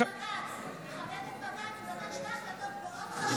תכבד את בג"ץ, הוא נתן שתי החלטות מאוד חשובות.